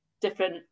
different